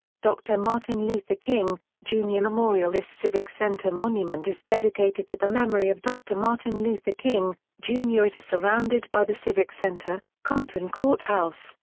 dr. martin luther king, jr. memorial this civic center monument is dedicated to the memory of dr. martin luther king, jr. it is surrounded by the civic center, compton court house,